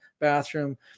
bathroom